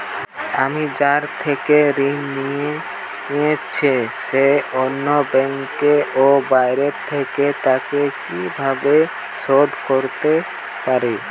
আমি যার থেকে ঋণ নিয়েছে সে অন্য ব্যাংকে ও বাইরে থাকে, তাকে কীভাবে শোধ করতে পারি?